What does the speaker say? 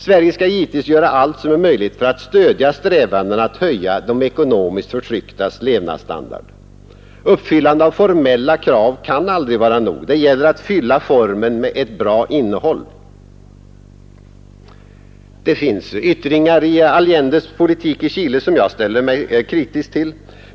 Sverige skall givetvis göra allt som är möjligt för att stödja strävandena att höja de ekonomiskt förtrycktas levnadsstandard. Uppfyllande av formella krav kan aldrig vara nog. Det gäller att fylla formen med ett bra innehåll. Det finns yttringar i Allendes politik i Chile som jag ställer mig kritisk till.